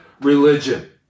religion